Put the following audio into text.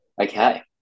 okay